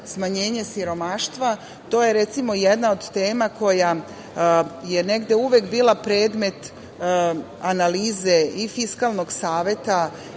smanjenje siromaštva, to je jedna od tema koja je uvek bila predmet analize i Fiskalnog saveta,